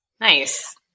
Nice